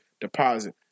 deposit